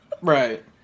Right